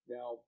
Now